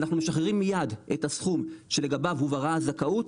אנחנו משחררים מיד את הסכום שלגביו הובהרה הזכאות,